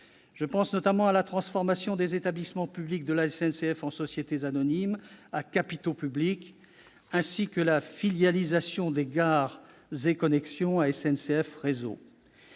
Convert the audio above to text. Je pense notamment à la transformation des établissements publics de la SNCF en sociétés anonymes à capitaux publics, et à la filialisation de SNCF Gares & Connexions vis-à-vis de SNCF Réseau.